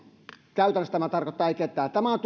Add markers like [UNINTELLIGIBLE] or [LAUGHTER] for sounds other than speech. käytännössä tämä tarkoittaa ei ketään tämä on [UNINTELLIGIBLE]